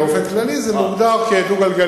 ובאופן כללי זה מוגדר כדו-גלגליים.